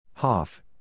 HOFF